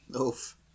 Oof